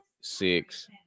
six